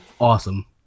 awesome